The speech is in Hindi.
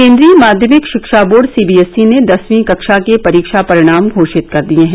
केंद्रीय माध्यमिक शिक्षा board C B S E ने दसवीं कक्षा के परीक्षा परिणाम घोषित कर दिए हैं